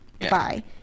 bye